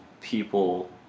people